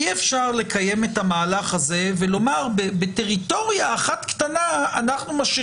אבל אי אפשר לומר שבטריטוריה אחת קטנה אנחנו רוצים